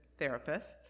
therapists